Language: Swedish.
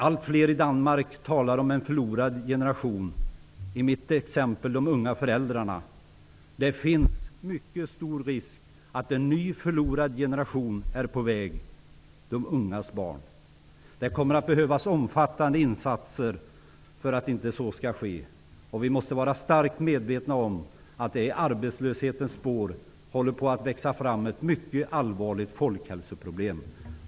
Allt fler i Danmark talar om en förlorad generation, i mitt exempel de unga föräldrarna. Det är mycket stor risk för att en ny förlorad generation är på väg: de ungas barn. Det kommer att behövas omfattande insatser för att så inte skall bli fallet. Vi måste vara starkt medvetna om att det i arbetslöshetens spår håller på att växa fram ett mycket allvarligt folkhälsoproblem.